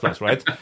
right